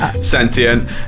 sentient